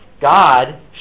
God